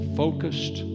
focused